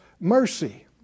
mercy